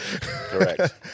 Correct